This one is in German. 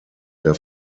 der